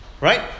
Right